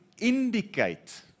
indicate